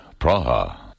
Praha